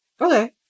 Okay